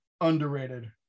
underrated